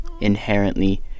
inherently